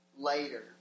Later